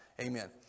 Amen